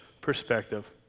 perspective